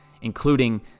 including